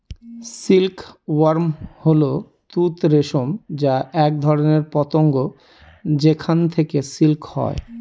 silk worm হল তুঁত রেশম যা এক ধরনের পতঙ্গ যেখান থেকে সিল্ক হয়